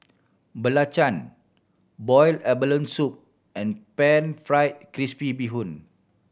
belacan boiled abalone soup and Pan Fried Crispy Bee Hoon